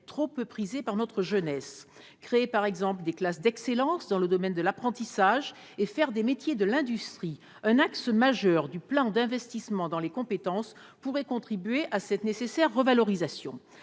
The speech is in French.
trop peu prisés par la jeunesse. Créer, par exemple, des « classes d'excellence » dans le domaine de l'apprentissage et faire des métiers de l'industrie un axe majeur du plan d'investissement dans les compétences pourrait contribuer à cette nécessaire revalorisation.